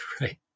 right